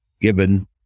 given